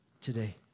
today